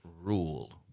rule